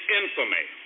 infamy